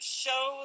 show